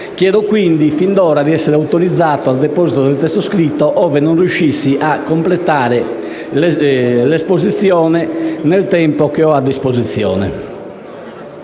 Chiedo quindi, fin d'ora, di essere autorizzato a depositare un testo scritto ove non riuscissi a completare l'esposizione nel tempo che ho a disposizione.